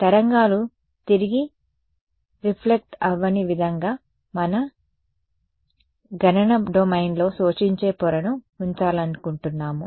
తరంగాలు తిరిగి రిఫ్లెక్ట్ అవ్వని విధంగా మా గణన డొమైన్లో శోషించే పొరను ఉంచాలనుకుంటున్నాము